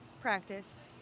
practice